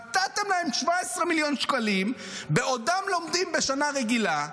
נתתם להם 17 מיליון שקלים בעודם לומדים בשנה רגילה,